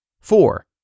Four